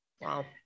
Wow